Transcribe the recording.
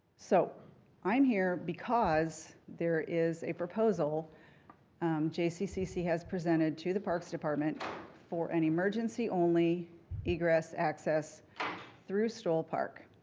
so i'm here because there is a proposal jccc has presented to the parks department for an emergency-only egress access through stoll park,